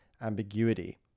ambiguity